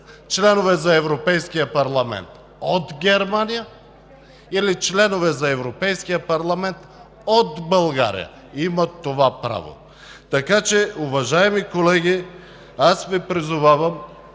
членове за Европейския парламент от Германия или членове за Европейския парламент от България. Имат това право. Уважаеми колеги, аз Ви призовавам